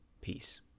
peace